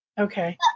Okay